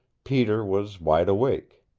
peter was wide awake.